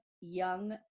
young